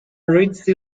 ritzy